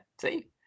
see